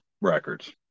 records